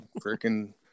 freaking